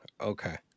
Okay